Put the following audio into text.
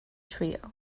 trio